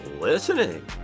listening